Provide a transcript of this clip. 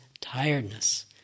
tiredness